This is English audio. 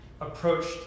approached